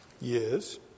Yes